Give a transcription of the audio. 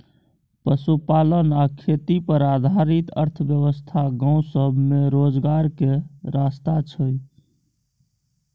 पशुपालन आ खेती पर आधारित अर्थव्यवस्था गाँव सब में रोजगार के रास्ता छइ